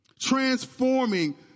Transforming